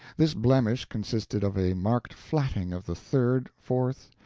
this blemish consisted of a marked flatting of the third, fourth,